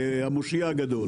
כמושיע הגדול.